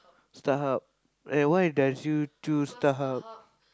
StarHub and why does you choose StarHub